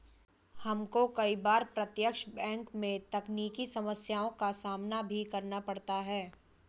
हमको कई बार प्रत्यक्ष बैंक में तकनीकी समस्याओं का सामना भी करना पड़ता है